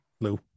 Lou